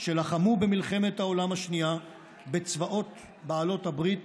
שלחמו במלחמת העולם השנייה בצבאות בעלות הברית